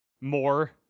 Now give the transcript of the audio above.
more